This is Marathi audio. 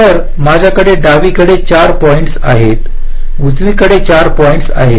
तर माझ्याकडे डावीकडे 4 पॉईंट्चा आहेत उजवीकडे 4 पॉईंट्चा आहेत